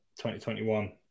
2021